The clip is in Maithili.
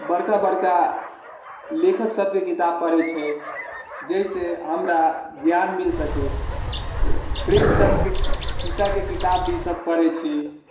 बड़का बड़का लेखक सबके किताब पढ़ै छियै जाहिसँ हमरा ज्ञान मिल सकै प्रेमचन्द्रके खिस्साके किताब भी सब पढ़ै छी